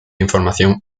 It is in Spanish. información